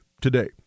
today